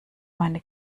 meine